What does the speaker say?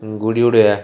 ଗୁଡ଼ି ଉଡ଼େଇବା